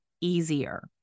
easier